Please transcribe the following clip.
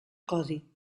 codi